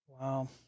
Wow